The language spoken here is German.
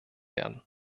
werden